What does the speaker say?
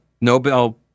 Nobel